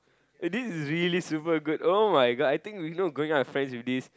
eh this is really super good [oh]-my-god I think you know going out with friends with this